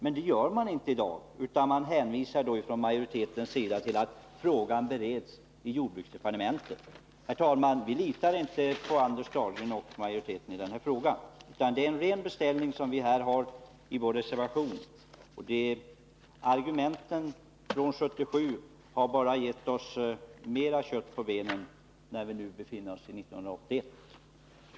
Men det görs inte i dag, utan majoriteten hänvisar till att frågan bereds i jordbruksdepartementet. Herr talman! Vi litar inte på Anders Dahlgren och den borgerliga majoriteten i denna fråga. Det är en ren beställning som vi gör i vår reservation. Och argumenten från 1977 har bara gett oss mera kött på benen, när vi nu har år 1981.